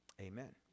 Amen